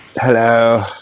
Hello